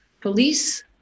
police